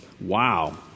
wow